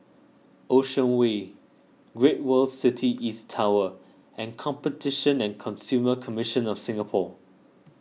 Ocean Way Great World City East Tower and Competition and Consumer Commission of Singapore